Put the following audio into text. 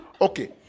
Okay